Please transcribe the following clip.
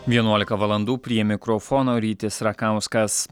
vienuolika valandų prie mikrofono rytis rakauskas